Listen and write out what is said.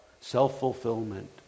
Self-fulfillment